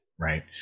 right